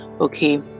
okay